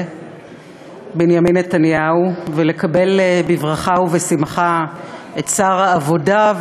בנימין נתניהו ולקבל בברכה ובשמחה את שר העבודה,